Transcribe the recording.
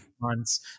months